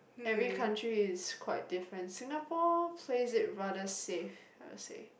every country is quite different Singapore plays it rather safe I would say